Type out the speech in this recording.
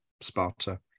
Sparta